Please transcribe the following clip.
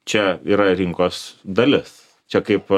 čia yra rinkos dalis čia kaip